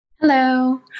hello